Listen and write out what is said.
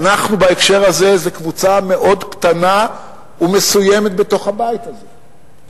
"אנחנו" בהקשר הזה זו קבוצה מאוד קטנה ומסוימת בתוך הבית הזה,